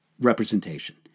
representation